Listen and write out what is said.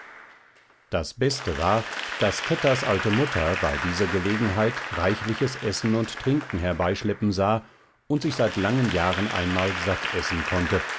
das beste war daß kätters alte mutter bei dieser gelegenheit reichliches essen und trinken herbeischleppen sah und sich seit langen jahren einmal satt essen konnte